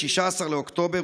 16 באוקטובר,